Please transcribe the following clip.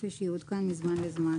כפי שיעודכן מזמן לזמן,